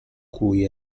cui